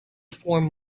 form